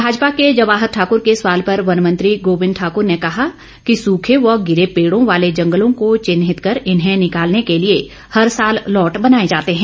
भाजपा के जवाहर ठाकुर के सवाल पर वन मंत्री गोविंद ठाकुर ने कहा कि सूखे व गिरे पेड़ों वाले जंगलों को चिन्हित कर इन्हें निकालने के लिए हर साल लॉट बनाए जाते हैं